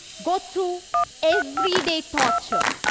go through everyday torture.